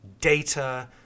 data